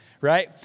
right